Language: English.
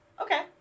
Okay